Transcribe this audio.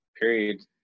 period